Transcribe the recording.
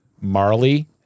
Marley